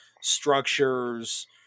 structures